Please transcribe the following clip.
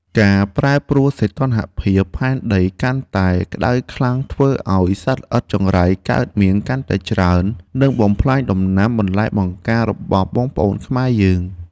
ការប្រែប្រួលសីតុណ្ហភាពផែនដីកាន់តែក្តៅខ្លាំងធ្វើឱ្យសត្វល្អិតចង្រៃកើតមានកាន់តែច្រើន និងបំផ្លាញដំណាំបន្លែបង្ការរបស់បងប្អូនខ្មែរយើង។